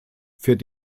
für